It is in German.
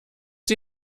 sie